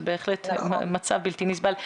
זה בהחלט מצב בלתי נסבל.